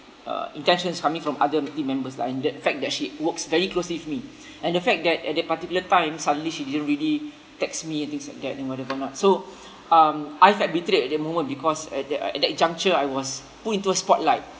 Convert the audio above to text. uh intentions coming from other team members lah and the fact that she works very closely with me and the fact that at that particular time suddenly she didn't really text me and things like that and whatever not so um I felt betrayed at that moment because at that at that juncture I was put into a spotlight